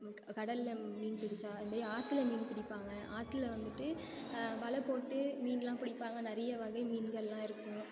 கடலில் மீன்பிடிச்சால் அதுமாதிரி ஆற்றுல மீன் பிடிப்பாங்க ஆற்றுல வந்துட்டு வலைப்போட்டு மீன்லாம் பிடிப்பாங்க நிறையா வகை மீன்கள்லாம் இருக்கும்